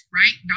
right